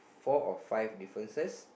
four or five differences